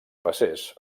passes